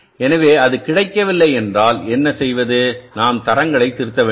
எனவே அது கிடைக்கவில்லை என்றால் என்ன செய்வது நாம் தரங்களை திருத்த வேண்டும்